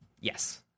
yes